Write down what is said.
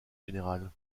générale